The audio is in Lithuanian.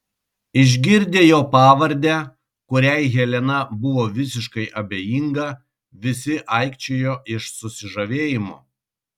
išgirdę jo pavardę kuriai helena buvo visiškai abejinga visi aikčiojo iš susižavėjimo